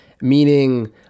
meaning